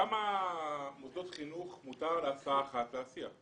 כמה מוסדות חינוך מותר להסיע בהסעה אחת?